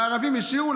לערבים השאירו,